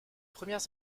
premières